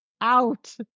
out